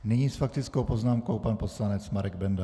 Nyní s faktickou poznámkou pan poslanec Marek Benda.